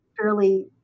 fairly